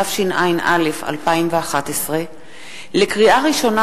התשע”א 2011. לקריאה ראשונה,